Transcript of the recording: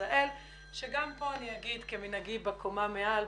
ישראל וגם כאן אני אומר כמנהגי בקומה מעל,